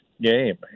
game